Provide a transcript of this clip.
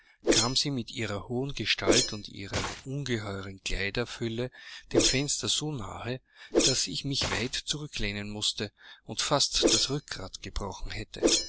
kam sie mit ihrer hohen gestalt und ihrer ungeheuren kleiderfülle dem fenster so nahe daß ich mich weit zurücklehnen mußte und fast das rückgrat gebrochen hätte